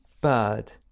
bird